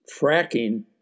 fracking